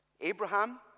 Abraham